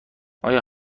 آیا